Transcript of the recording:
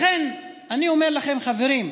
לכן אני אומר לכם, חברים: